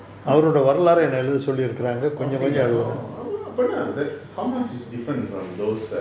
ah அப்புடிங்களா அப்புடின்டா:appudingala appudindaa but how much is different from those err